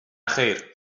خیر